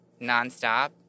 nonstop